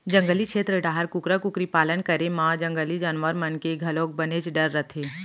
जंगली छेत्र डाहर कुकरा कुकरी पालन करे म जंगली जानवर मन के घलोक बनेच डर रथे